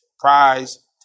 Prize